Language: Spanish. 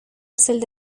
celda